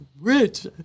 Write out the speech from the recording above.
rich